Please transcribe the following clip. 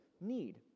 need